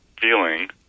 feeling